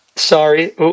Sorry